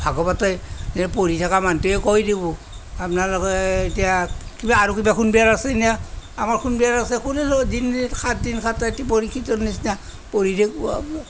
ভাগৱতে পঢ়ি থকা মানুহটোৱে কৈ দিব আপোনালোকে এতিয়া কিবা আৰু কিবা শুনিবৰ আছেনে আমাৰ শুনিবৰ আছে শুনি লওঁ দিন ৰাত সাত দিন সাত ৰাতি পঢ়ি কীৰ্তন নিচিনা পঢ়ি থাকিব